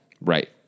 Right